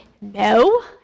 no